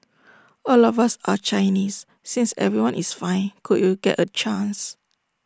all of us are Chinese since everyone is fine could you get A chance